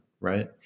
right